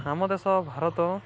ଆମ ଦେଶ ଭାରତ